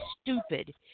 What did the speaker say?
stupid